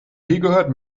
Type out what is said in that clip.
gehört